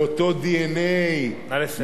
מאותו DNA, נא לסיים.